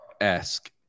esque